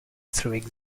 through